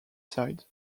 sites